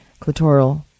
clitoral